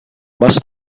must